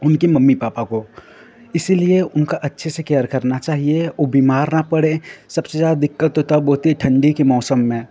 उनके mummy papa को इसीलिए उनको अच्छे से केयर करना चाहिए वह बीमार न पड़े सबसे ज़्यादा दिक्कत तो तब होती है ठण्डी के मौसम में